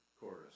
chorus